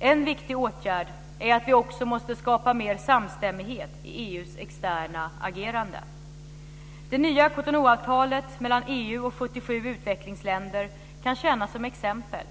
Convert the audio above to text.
En viktig åtgärd är också att vi måste skapa mer samstämmighet i EU:s externa agerande. Det nya Cotonouavtalet, mellan EU och 77 utvecklingsländer, kan tjäna som exempel.